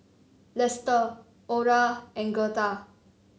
Lester Orah and Gertha